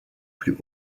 plus